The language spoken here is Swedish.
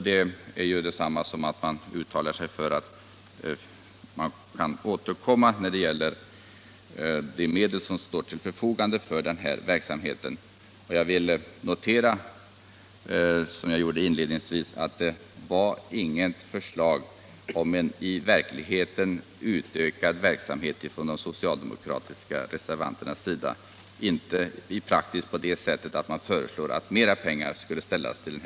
Det är ju detsamma som att uttala att man kan återkomma när det gäller medel till denna verksamhet. Jag vill notera, som jag gjorde inledningsvis, att det fanns inget förslag från de socialdemokratiska reservanterna om i praktiken utökad verksamhet. Det föreslås inte mera pengar till ändamålet.